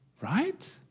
Right